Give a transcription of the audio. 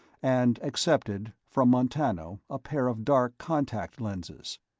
and accepted, from montano, a pair of dark contact lenses.